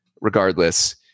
Regardless